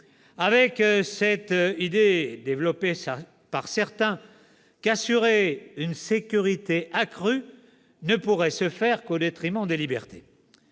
avec cette idée, développée par certains, qu'assurer une sécurité accrue ne pourrait se faire qu'au détriment des libertés.